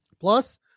Plus